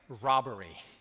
robbery